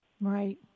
Right